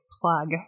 plug